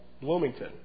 Bloomington